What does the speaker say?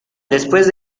después